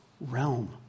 realm